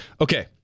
Okay